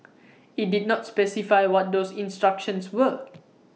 IT did not specify what those instructions were